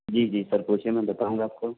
جی جی سر پوچھیے میں بتاؤں گا آپ کو